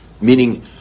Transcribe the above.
meaning